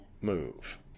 move